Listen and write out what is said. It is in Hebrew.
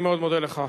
אני מאוד מודה לך.